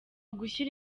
gushyira